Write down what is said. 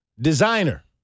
Designer